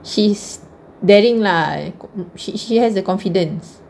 she's daring lah she she has the confidence